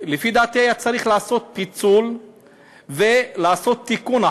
לפי לדעתי, היה צריך לעשות פיצול ולעשות תיקון.